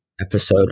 episode